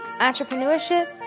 entrepreneurship